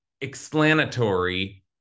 explanatory